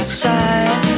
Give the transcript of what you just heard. side